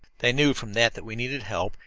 they knew from that that we needed help,